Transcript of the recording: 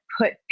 put